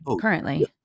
currently